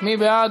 מי בעד?